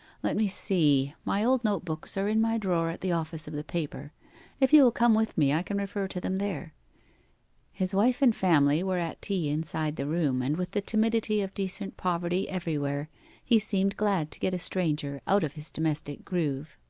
let me see my old note-books are in my drawer at the office of the paper if you will come with me i can refer to them there his wife and family were at tea inside the room, and with the timidity of decent poverty everywhere he seemed glad to get a stranger out of his domestic groove.